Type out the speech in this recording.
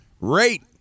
rate